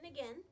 again